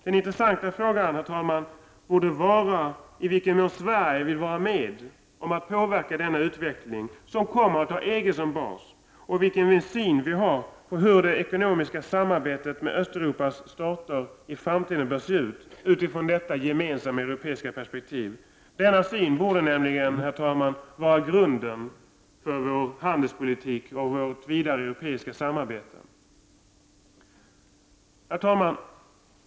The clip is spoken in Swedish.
Den intressanta frågan borde vara i vilken mån Sverige vill vara med om att påverka denna utveckling, som kommer att ha EG som bas, och vilken syn vi har på hur det ekonomiska samarbetet med Östeuropas stater i framtiden bör se ut utifrån detta gemensamma europeiska perspektiv. Denna syn borde utgöra grunden för vår handelspolitik och för vårt vidare europeiska samarbete. Herr talman!